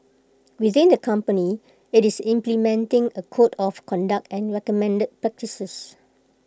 within the company IT is implementing A code of conduct and recommended practices